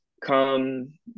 come